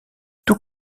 tout